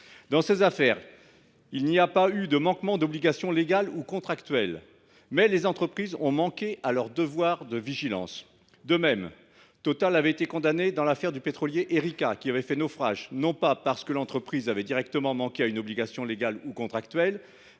Dans ces affaires, il n’y a pas eu de manquement à des obligations légales ou contractuelles, mais les entreprises ont manqué à leur devoir de vigilance. De même, si Total a été condamné dans l’affaire du naufrage du pétrolier, ce n’est pas parce que l’entreprise avait directement manqué à une obligation légale ou contractuelle,